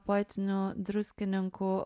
poetinių druskininkų